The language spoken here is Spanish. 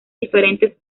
diferentes